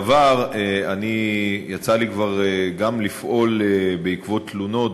בעבר יצא לי כבר גם לפעול בעקבות תלונות